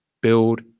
build